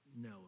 no